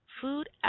Food